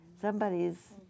Somebody's